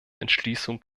entschließung